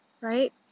right